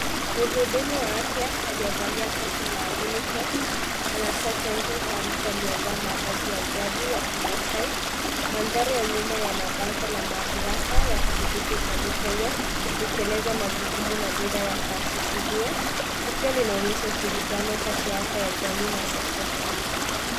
Mhudumu wa afya aliyevalia koti la UNICEF anatoa chanjo kwa mtu aliyevaa mavazi ya jadi ya kimaasai. Mandhari ya nyuma yana bango ya mamlaka ya kudhibiti utalii nchini Kenya likieleza majukumu na dira ya taasisi hiyo. Tukio linaonyesha ushirikiano kati ya afya ya jamii na sekta ya utalii.